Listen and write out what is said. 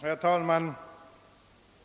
Herr talman!